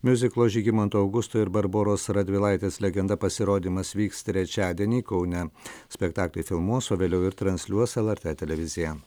miuziklo žygimanto augusto ir barboros radvilaitės legenda pasirodymas vyks trečiadienį kaune spektaklį filmuos o vėliau ir transliuos lrt televizija